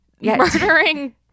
murdering